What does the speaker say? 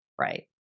right